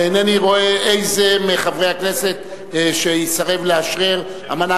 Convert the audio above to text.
ואינני רואה מי מחברי הכנסת יסרב לאשרר אמנה